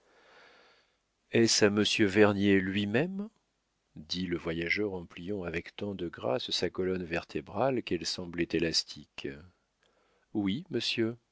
est-ce à monsieur vernier lui-même dit le voyageur en pliant avec tant de grâce sa colonne vertébrale qu'elle semblait élastique oui monsieur